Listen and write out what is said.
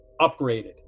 upgraded